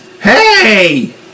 Hey